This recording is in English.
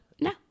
no